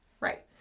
Right